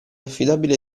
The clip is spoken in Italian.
affidabile